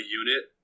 unit